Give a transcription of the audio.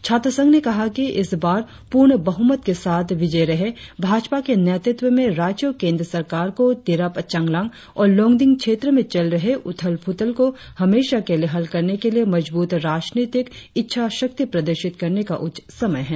छात्र संघ ने कहा कि इस बार पूर्ण बहुमत के साथ विजय रहे भाजपा के नेतृत्व में राज्य और केंद्र सरकार को तिरप चांगलांग और लोंगडिंग क्षेत्र में चल रहे उथलपुथल को हमेशा के लिए हल करने के लिए मजबूत राजनीतिक इच्छाशक्ति प्रदर्शित करने का उच्च समय है